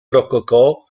rococò